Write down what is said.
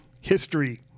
history